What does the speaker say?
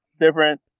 Different